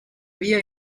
via